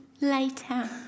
later